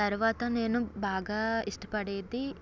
తర్వాత నేను బాగా ఇష్టపడేది